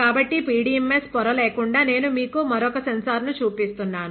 కాబట్టి PDMS పొర లేకుండా నేను మీకు మరొక సెన్సర్ను చూపిస్తున్నాను